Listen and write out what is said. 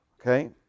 Okay